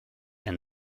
and